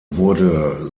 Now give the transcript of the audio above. wurde